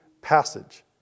passage